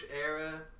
era